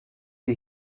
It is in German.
die